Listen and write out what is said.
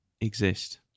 exist